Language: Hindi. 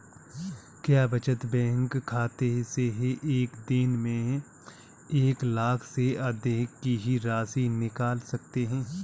क्या बचत बैंक खाते से एक दिन में एक लाख से अधिक की राशि निकाल सकते हैं?